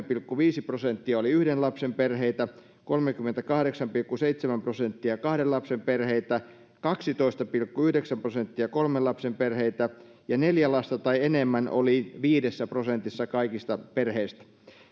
pilkku viisi prosenttia oli yhden lapsen perheitä kolmekymmentäkahdeksan pilkku seitsemän prosenttia kahden lapsen perheitä kaksitoista pilkku yhdeksän prosenttia kolmen lapsen perheitä ja neljä lasta tai enemmän oli viidessä prosentissa kaikista perheistä